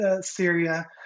Syria